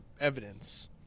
evidence